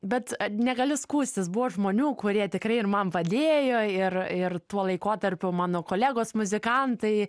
bet negali skųstis buvo žmonių kurie tikrai ir man padėjo ir ir tuo laikotarpiu mano kolegos muzikantai